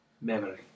memory